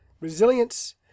Resilience